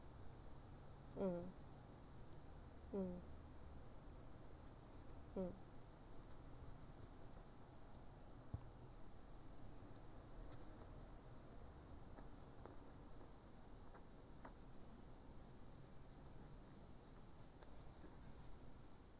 mm mm mm